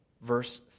Verse